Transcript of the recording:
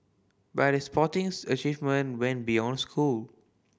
but his sportings achievement went beyond school